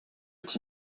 est